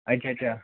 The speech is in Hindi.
अच्छा अच्छा